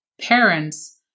parents